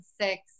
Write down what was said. six